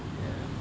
ya